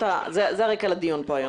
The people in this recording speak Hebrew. זה הרקע לדיון פה היום.